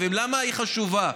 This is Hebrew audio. למה היא חשובה?